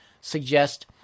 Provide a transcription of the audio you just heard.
suggest